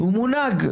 הוא מונהג.